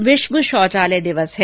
आज विश्व शौचालय दिवस है